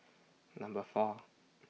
Number four